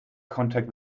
contact